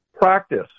practice